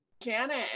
Janet